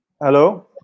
Hello